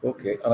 Okay